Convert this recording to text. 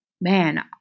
Man